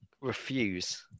refuse